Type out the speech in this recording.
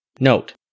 Note